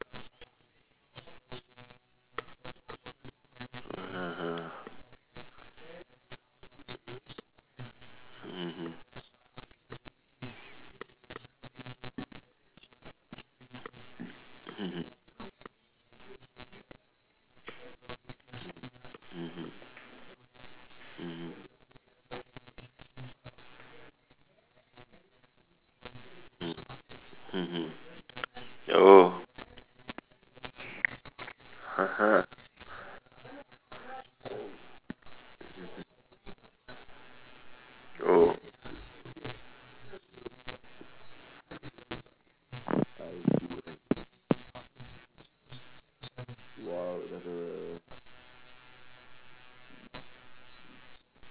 mmhmm mmhmm mmhmm mm mmhmm mm mmhmm oh (uh huh) mmhmm oh